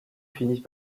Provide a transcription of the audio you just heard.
finit